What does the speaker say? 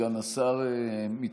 סגן השר מתקשה.